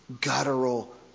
guttural